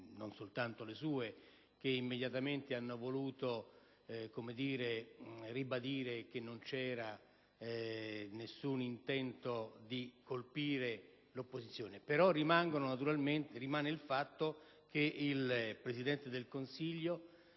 non soltanto le sue - che immediatamente hanno voluto ribadire che non c'era alcun intento di colpire l'opposizione. Rimane il fatto però che il presidente del Consiglio,